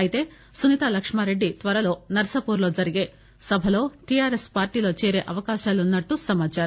అయితే సునీతా లక్మారెడ్డి త్వరలో నర్సాపూర్ లో జరిగే సభలో టీఆర్స్ పార్టీలో చేరే అవకాశాలున్నట్లు సమాచారం